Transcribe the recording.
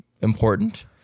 important